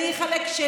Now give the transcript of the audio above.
אני אחלק.